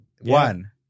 One